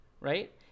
right